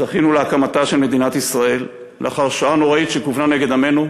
זכינו להקמתה של מדינת ישראל לאחר שואה נוראית שכוונה נגד עמנו,